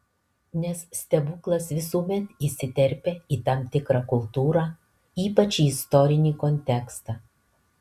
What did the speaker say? nes stebuklas visuomet įsiterpia į tam tikrą kultūrą ypač į istorinį kontekstą